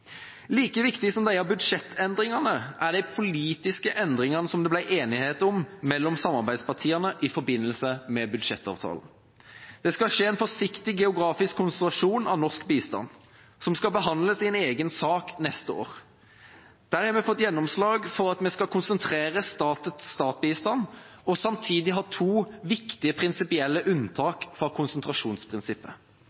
Like viktig som disse budsjettendringene er de politiske endringene som det ble enighet om mellom samarbeidspartiene i forbindelse med budsjettavtalen. Det skal skje en forsiktig geografisk konsentrasjon av norsk bistand, som skal behandles i en egen sak neste år. Der har vi fått gjennomslag for at vi skal konsentrere stat-til-stat-bistand, og samtidig ha to viktige prinsipielle